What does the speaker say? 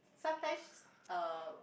sometimes she's uh